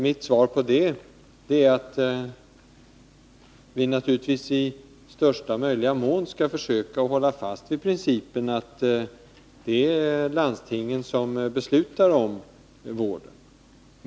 Mitt svar på det är att vi i största möjliga mån skall försöka att hålla fast vid principen att det är landstingen som beslutar om vården.